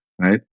right